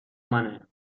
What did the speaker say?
منه